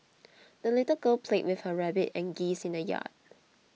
the little girl played with her rabbit and geese in the yard